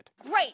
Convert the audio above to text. Great